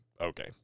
Okay